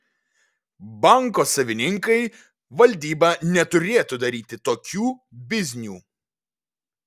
banko savininkai valdyba neturėtų daryti tokių biznių